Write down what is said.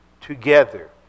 together